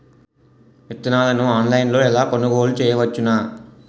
విత్తనాలను ఆన్లైన్లో ఎలా కొనుగోలు చేయవచ్చున?